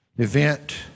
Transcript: event